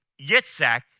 Yitzhak